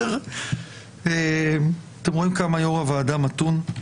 אתם רואים כמה יושב-ראש הוועדה מתון?